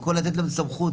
במקום לתת להם סמכות,